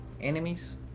Enemies